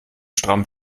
stramm